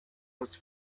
was